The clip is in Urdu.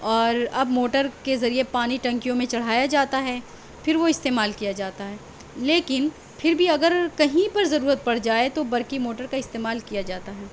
اور اب موٹر کے ذریعہ پانی ٹنکیوں میں چڑھایا جاتا ہے پھر وہ استعمال کیا جاتا ہے لیکن پھر بھی اگر کہیں پر ضرورت پڑ جائے تو برقی موٹر کا استعمال کیا جاتا ہے